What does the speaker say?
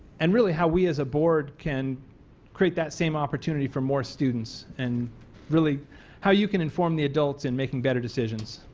and really how we as a board can create that same opportunity for more students and really how you can inform the adults in making better decisions.